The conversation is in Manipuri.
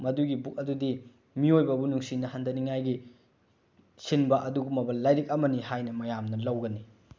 ꯃꯗꯨꯒꯤ ꯕꯨꯛ ꯑꯗꯨꯗꯤ ꯃꯤꯑꯣꯏꯕꯕꯨ ꯅꯨꯡꯁꯤꯍꯟꯗꯅꯤꯡꯉꯥꯏꯒꯤ ꯁꯤꯟꯕ ꯑꯗꯨꯒꯨꯝꯃꯕ ꯂꯥꯏꯔꯤꯛ ꯑꯃꯅꯤ ꯍꯥꯏꯅ ꯃꯌꯥꯝꯅ ꯂꯧꯒꯅꯤ